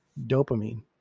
dopamine